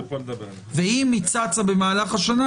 ואם היא צצה במהלך השנה,